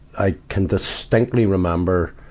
i can distinctly remember,